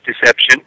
deception